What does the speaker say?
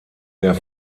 der